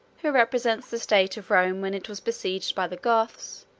who represents the state of rome when it was besieged by the goths,